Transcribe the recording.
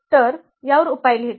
तर यावर उपाय लिहितो